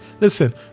Listen